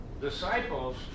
disciples